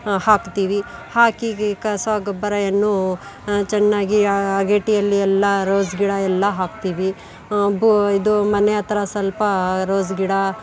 ಹಾಕ್ತೀವಿ ಹಾಕಿ ಕಿ ಕಸ ಗೊಬ್ಬರವನ್ನು ಚೆನ್ನಾಗಿ ಅಗೇಡಿಯಲ್ಲಿ ಎಲ್ಲ ರೋಸ್ ಗಿಡ ಎಲ್ಲ ಹಾಕ್ತೀವಿ ಬು ಇದು ಮನೆ ಹತ್ರ ಸ್ವಲ್ಪ ರೋಸ್ ಗಿಡ